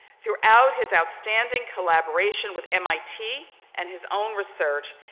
throughout his outstanding collaboration with mit and his own research,